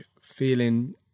feeling